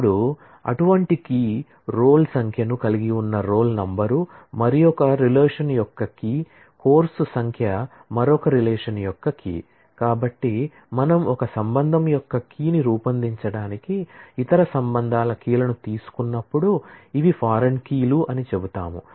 ఇప్పుడు అటువంటి key roll సంఖ్యను కలిగి ఉన్న రోల్ నంబర్ మరొక రిలేషన్ యొక్క కీ కోర్సు సంఖ్య మరొక రిలేషన్ యొక్క కీ కాబట్టి మనం ఒక రిలేషన్ యొక్క కీని రూపొందించడానికి ఇతర సంబంధాల కీ లను తీసుకున్నప్పుడు ఇవి ఫారిన్ కీ లు అని చెప్తాము